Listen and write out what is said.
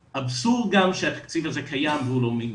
אבסורד גם שהתקציב הזה קיים והוא לא מיושם,